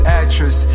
actress